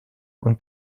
und